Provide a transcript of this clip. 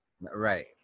Right